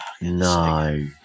No